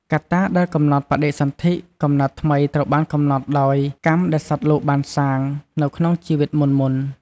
កត្តាដែលកំណត់បដិសន្ធិ កំណើតថ្មីត្រូវបានកំណត់ដោយ កម្មដែលសត្វលោកបានសាង នៅក្នុងជីវិតមុនៗ។